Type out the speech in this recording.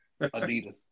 Adidas